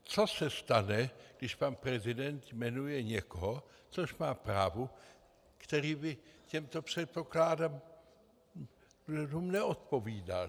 Co se stane, když pan prezident jmenuje někoho což má právo , který by těmto předpokladům neodpovídal?